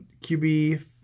QB